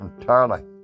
entirely